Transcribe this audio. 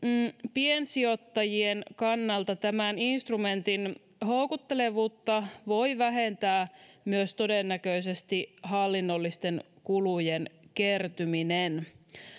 piensijoittajien kannalta tämän instrumentin houkuttelevuutta voi vähentää myös todennäköisesti hallinnollisten kulujen kertyminen